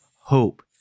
hope